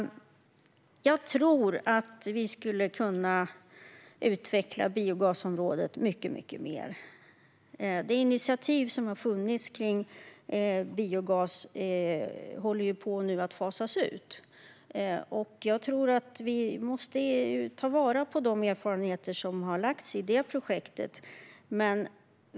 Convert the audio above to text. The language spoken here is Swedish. Jag tror att vi skulle kunna utveckla biogasområdet mycket mer. Det initiativ som har funnits kring biogas håller nu på att fasas ut, och vi måste ta vara på de erfarenheter som har lagts ned i det projektet.